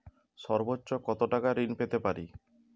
সর্বোচ্চ কত টাকা ঋণ পেতে পারি?